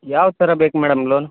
ಯಾವ ಥರ ಬೇಕು ಮೇಡಮ್ ಲೋನ್